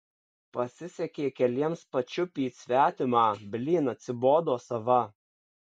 pasisekė keliems pačiupyt svetimą blyn atsibodo sava